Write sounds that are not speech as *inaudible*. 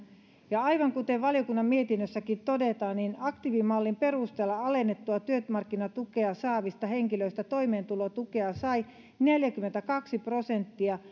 aivan kuten valiokunnan mietinnössäkin todetaan aktiivimallin perusteella alennettua työmarkkinatukea saavista henkilöistä toimeentulotukea sai neljäkymmentäkaksi prosenttia *unintelligible*